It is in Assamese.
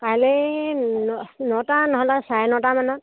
কাইলে নটা নহ'লে চাৰে নটা মানত